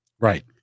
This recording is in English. Right